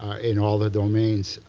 ah in all the domains.